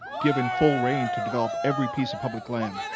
given full rein to develop every piece of public land.